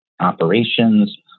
operations